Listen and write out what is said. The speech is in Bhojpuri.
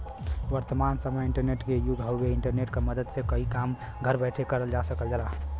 वर्तमान समय इंटरनेट क युग हउवे इंटरनेट क मदद से कई काम घर बैठे बैठे करल जा सकल जाला